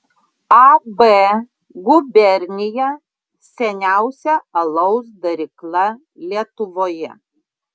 ab gubernija seniausia alaus darykla lietuvoje